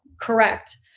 Correct